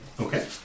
Okay